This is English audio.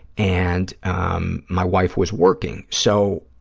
and um my wife was working. so,